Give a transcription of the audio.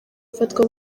ufatwa